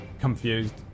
confused